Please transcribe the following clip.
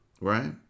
right